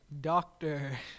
Doctor